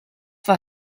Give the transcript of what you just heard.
war